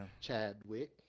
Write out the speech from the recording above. Chadwick